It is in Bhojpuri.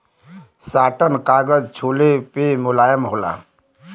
साटन कागज छुले पे मुलायम होला